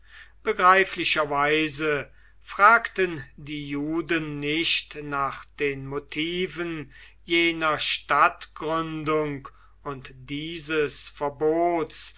begreiflicherweise fragten die juden nicht nach den motiven jener stadtgründung und dieses verbots